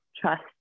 trust